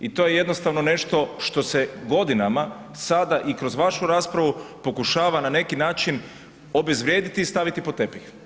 I to je jednostavno nešto što se godinama sada i kroz vašu raspravu pokušava na neki način obezvrijediti i postaviti pod tepih.